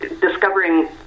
discovering